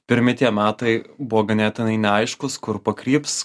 pirmi tie metai buvo ganėtinai neaiškūs kur pakryps